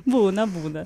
būna būna